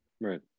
right